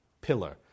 pillar